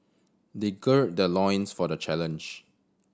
they gird their loins for the challenge